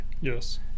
Yes